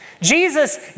Jesus